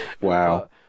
wow